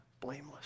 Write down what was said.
blameless